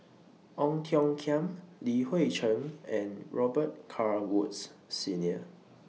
Ong Tiong Khiam Li Hui Cheng and Robet Carr Woods Senior